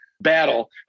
battle